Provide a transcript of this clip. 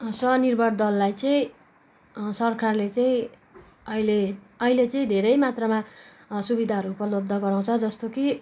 स्वनिर्भर दललाई चाहिँ सरकारले चाहिँ अहिले अहिले चाहिँ धेरै मात्रामा सुविधाहरू उपलब्ध गराउँछ जस्तो कि